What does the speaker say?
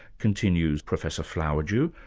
continues professor flowerdew,